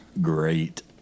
great